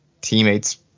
teammates